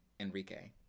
Enrique